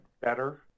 better